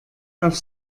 auf